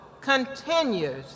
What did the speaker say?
continues